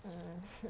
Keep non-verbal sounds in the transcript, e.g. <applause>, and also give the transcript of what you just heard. mm <laughs>